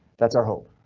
that's our hope.